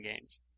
games